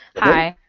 hi.